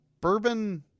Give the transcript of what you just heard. bourbon